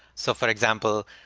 so for example,